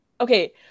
Okay